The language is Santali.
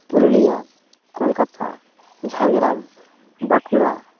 ᱯᱩᱨᱩᱞᱤᱭᱟᱹ ᱠᱳᱞᱠᱟᱛᱟ ᱡᱷᱟᱲᱜᱨᱟᱢ ᱵᱟᱸᱠᱩᱲᱟ